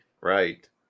Right